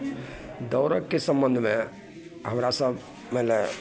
दौड़ैके सम्बन्धमे हमारासभ मानि ले